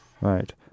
Right